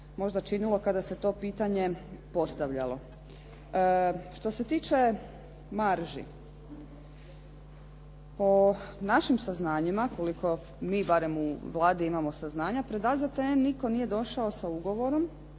možda činilo kada se to pitanje postavljalo. Što se tiče marži, po našim saznanjima, koliko mi barem u Vladi imamo saznanja, … /Govornica se ne razumije./… nitko nije došao sa ugovorom